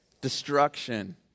Destruction